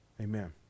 Amen